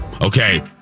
Okay